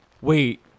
Wait